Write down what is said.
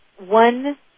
One